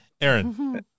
Aaron